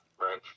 Right